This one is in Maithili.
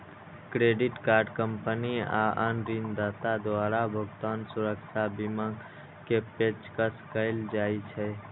क्रेडिट कार्ड कंपनी आ अन्य ऋणदाता द्वारा भुगतान सुरक्षा बीमा के पेशकश कैल जाइ छै